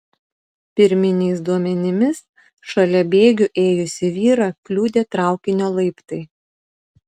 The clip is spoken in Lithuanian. pirminiais duomenimis šalia bėgių ėjusį vyrą kliudė traukinio laiptai